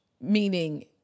meaning